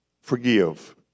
Forgive